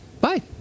Bye